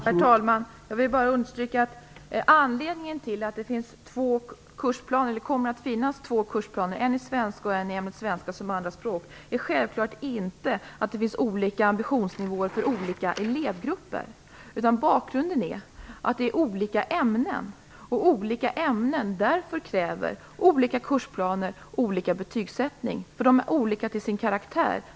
Herr talman! Jag vill bara understryka att anledningen till att det kommer att finnas två kursplaner - en i ämnet svenska och en i ämnet svenska som andraspråk - självfallet inte är att det finns olika ambitionsnivåer för olika elevgrupper. Bakgrunden är att det är olika ämnen. Olika ämnen kräver olika kursplaner och olika betygssättning. De är olika till sin karaktär.